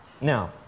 Now